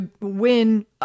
win